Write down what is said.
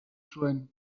zuen